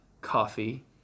coffee